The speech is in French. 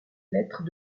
lettres